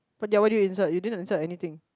but they're already inside you didn't insert anything